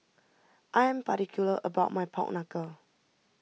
I am particular about my Pork Knuckle